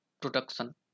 production